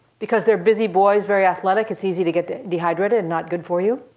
because they're busy boys, very athletic. it's easy to get to dehydrated and not good for you.